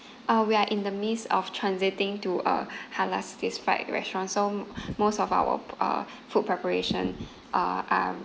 uh we are in the midst of transiting to a halal certified restaurant so most of our p~ uh food preparation uh are